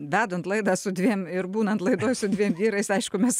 vedant laidą su dviem ir būnant laidoj su dviem vyrais aišku mes